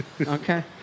Okay